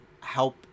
help